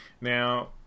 Now